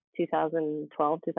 2012